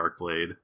Darkblade